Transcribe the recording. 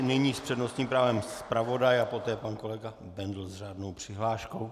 Nyní s přednostním právem zpravodaj a poté pan kolega Bendl s řádnou přihláškou.